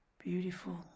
beautiful